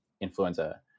influenza